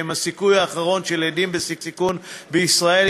שהם הסיכוי האחרון של ילדים בסיכון בישראל,